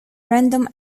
random